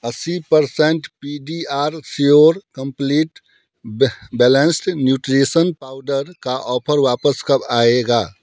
अस्सी percent PediaSure complete बै balanced nutrition powder का ऑफर वापस कब आएगा